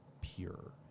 pure